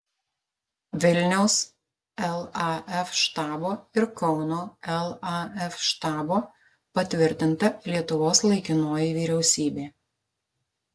vilniaus laf štabo ir kauno laf štabo patvirtinta lietuvos laikinoji vyriausybė